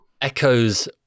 echoes